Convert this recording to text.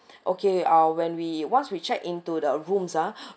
okay uh when we once we checked into the rooms ah